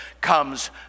comes